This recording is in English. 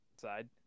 side